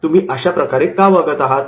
तुम्ही अशा प्रकारे का वागत आहात